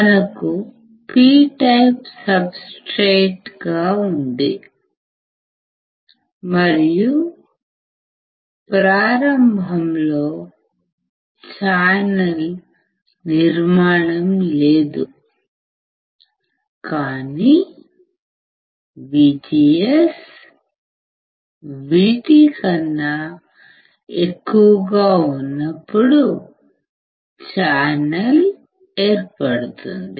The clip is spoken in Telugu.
మనకు పి టైపు సబ్ స్ట్రేట్ ఉంది మరియు ప్రారంభంలో ఛానల్ నిర్మాణం లేదు కానీ VGS VT కన్నా ఎక్కువగా ఉన్నప్పుడు ఛానల్ ఏర్పడుతుంది